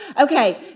Okay